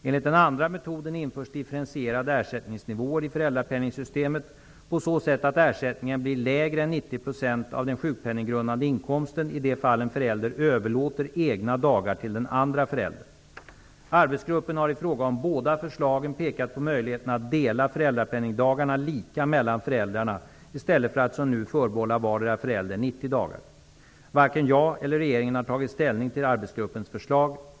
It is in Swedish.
Enligt den andra metoden införs differentierade ersättningsnivåer i föräldrapenningssystemet på så sätt att ersättningen blir lägre än 90 % av den sjukpenninggrundande inkomsten i det fall en förälder överlåter egna dagar till den andra föräldern. Arbetsgruppen har i fråga om båda förslagen pekat på möjligheten att dela föräldrapenningdagarna lika mellan föräldrarna i stället för att som nu förbehålla vardera föräldern 90 dagar. Varken jag eller regeringen har tagit ställning till arbetsgruppens förslag.